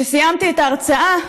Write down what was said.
כשסיימתי את ההרצאה,